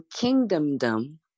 kingdomdom